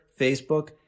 Facebook